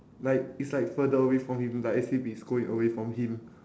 like it's like further away from him like as if it's going away from him